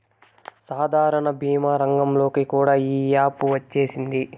సాధారణ భీమా రంగంలోకి కూడా ఈ యాపు వచ్చేసింది